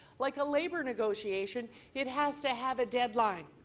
like a labour negotiation it has to have a deadline.